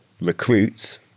recruits